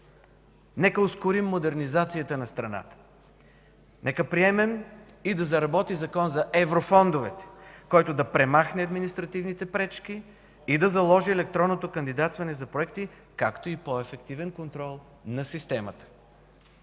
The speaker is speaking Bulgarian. Нека ускорим модернизацията на страната. Нека приемем и да заработи Закон за еврофондовете, който да премахне административните пречки и да заложи електронното кандидатстване за проекти, както и по-ефективен контрол на системата.